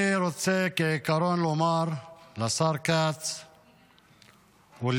אני רוצה כעיקרון לומר לשר כץ ולכולם